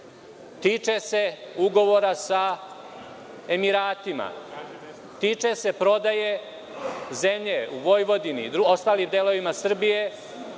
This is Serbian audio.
Tiče se ugovora sa Emiratima, tiče se prodaje zemlje u Vojvodini i ostalim delovima Srbije